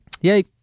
Yay